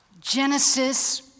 Genesis